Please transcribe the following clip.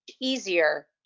easier